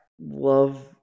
love